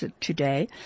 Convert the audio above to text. today